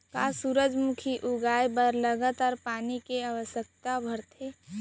का सूरजमुखी उगाए बर लगातार पानी के आवश्यकता भरथे?